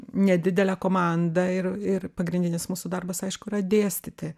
nedidelę komandą ir ir pagrindinis mūsų darbas aišku yra dėstyti